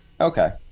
Okay